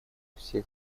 всех